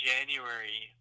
January